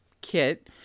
kit